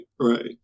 right